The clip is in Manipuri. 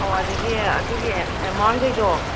ꯑꯧ ꯑꯗꯒꯤ ꯑꯗꯨꯒꯤ ꯑꯦꯃꯥꯎꯟꯈꯩꯗꯣ